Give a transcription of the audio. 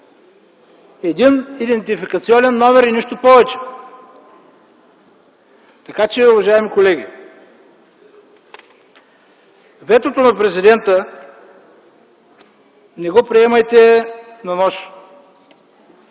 Един идентификационен номер и нищо повече. Така че, уважаеми колеги, ветото на президента не го приемайте на нож.